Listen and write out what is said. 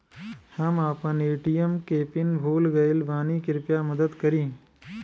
हम आपन ए.टी.एम के पीन भूल गइल बानी कृपया मदद करी